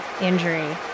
injury